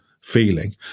feeling